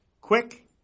quick